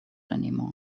anymore